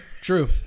True